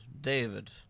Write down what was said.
David